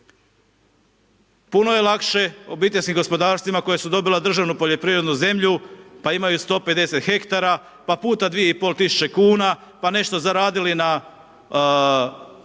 Puno je lakše OPG-ovima koja su dobila državno poljoprivredno zemljište pa imaju 150 hektara, pa puta 2,5 tisuće kuna, pa nešto zaradili na